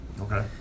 Okay